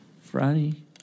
Friday